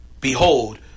Behold